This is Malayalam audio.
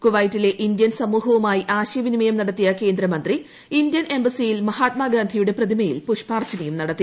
കൂവൈറ്റിലെ ഇന്ത്യൻ സമൂഹവുമായി ആശയവിനിമയം നടത്തിയ കേന്ദ്രമന്ത്രി ഇന്ത്യൻ എംബസിയിൽ മഹാത്മാഗാന്ധിയുടെ പ്രതിമയിൽ പുഷ്പാർച്ചനയും നടത്തി